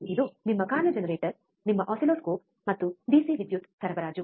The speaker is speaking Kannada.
ಇದು ನಿಮ್ಮ ಕಾರ್ಯ ಜನರೇಟರ್ ನಿಮ್ಮ ಆಸಿಲ್ಲೋಸ್ಕೋಪ್ ಮತ್ತು ಡಿಸಿ ವಿದ್ಯುತ್ ಸರಬರಾಜು